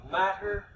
matter